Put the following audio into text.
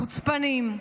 חוצפנים,